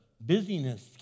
busyness